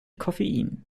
koffein